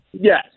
Yes